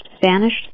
vanished